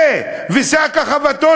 זה, ושק החבטות